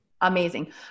amazing